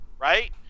right